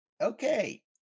okay